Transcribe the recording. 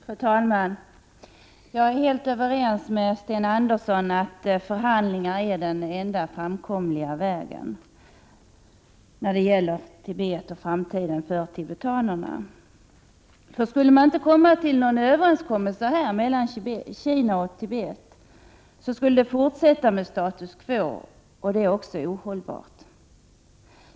Fru talman! Jag är helt överens med Sten Andersson om att den enda framkomliga vägen när det gäller Tibet och framtiden för tibetanerna är att förhandla. Om Kina och Tibet inte skulle träffa någon överenskommelse skulle läget bli status quo, vilket är ohållbart.